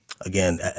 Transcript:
again